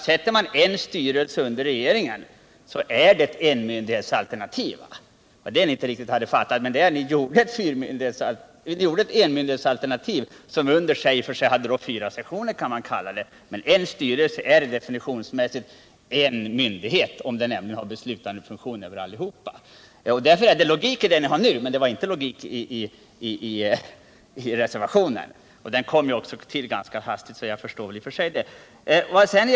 Sätter man en styrelse under regeringen så är det därmed ett enmyndighetsalternativ. Det var det ni inte riktigt hade fattat. Ni hade genom reservationen ett enmyndighetsalternativ. Därför är det logik i det ni nu föreslår, men det var inte logik i reservationen. Den kom ju också till ganska hastigt, så det kan jag i och för sig förstå.